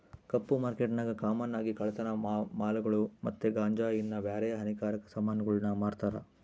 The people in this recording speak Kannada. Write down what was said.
ಕಪ್ಪು ಮಾರ್ಕೆಟ್ನಾಗ ಕಾಮನ್ ಆಗಿ ಕಳ್ಳತನ ಮಾಲುಗುಳು ಮತ್ತೆ ಗಾಂಜಾ ಇನ್ನ ಬ್ಯಾರೆ ಹಾನಿಕಾರಕ ಸಾಮಾನುಗುಳ್ನ ಮಾರ್ತಾರ